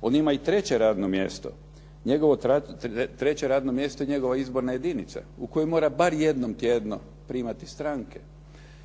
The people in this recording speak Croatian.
On ima i treće radno mjesto. Njegovo treće radno mjesto je njegova izborna jedinica u kojoj mora barem jednom tjedno primati stranke.